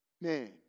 Man